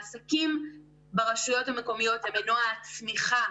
העסקים ברשויות המקומיות הם מנוע הצמיחה